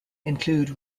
include